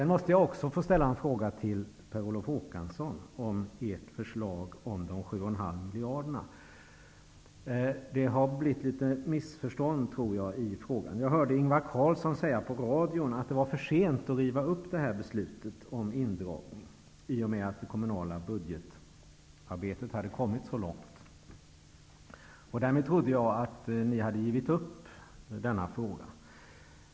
Jag måste också ställa en fråga till Per Olof 7,5 miljarderna. Jag tror att det har uppstått ett litet missförstånd i frågan. Jag hörde i radion Ingvar Carlsson säga att det var för sent att riva upp beslutet om indragning i och med att det kommunala budgetarbetet hade kommit så långt. Därmed trodde jag att ni hade givit upp denna fråga.